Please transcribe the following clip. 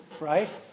right